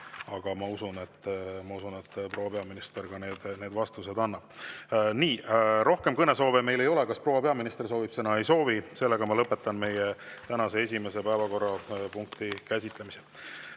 aga ma usun, et proua peaminister ka need vastused annab. Nii, rohkem kõnesoove meil ei ole. Kas proua peaminister soovib sõna? Ei soovi. Lõpetan meie tänase esimese päevakorrapunkti käsitlemise.